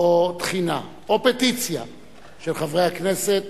או תחינה או פטיציה של חברי הכנסת,